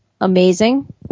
Amazing